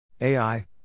AI